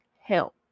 help